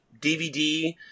DVD